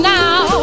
now